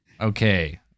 Okay